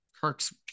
Kirk's